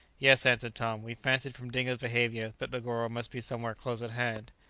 yes, answered tom we fancied from dingo's behaviour, that negoro must be somewhere close at hand.